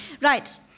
right